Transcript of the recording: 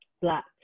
black